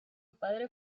padre